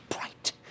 bright